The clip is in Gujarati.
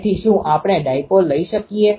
તેથી શું આપણે ડાઇપોલ લઇ શકીએ